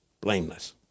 Blameless